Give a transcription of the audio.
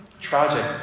Tragic